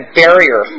barrier